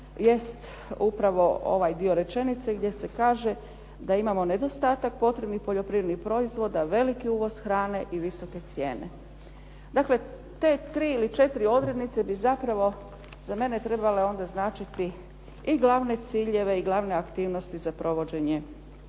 jest upravo ovaj dio rečenice gdje se kaže da imamo nedostatak potrebnih poljoprivrednih proizvoda, veliki uvoz hrane i visoke cijene. Dakle, te tri ili četiri odrednice bi zapravo za mene trebale onda značiti i glavne ciljeve i glavne aktivnosti za provođenje